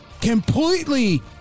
completely